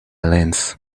lens